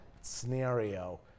scenario